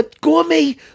gourmet